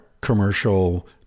commercial